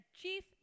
chief